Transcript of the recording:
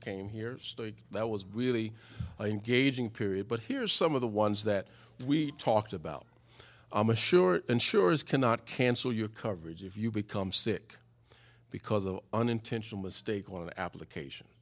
came here state that was really engaging period but here are some of the ones that we talked about i'm a sure insurers cannot cancel your coverage if you become sick because of an intentional mistake on an application